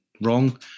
wrong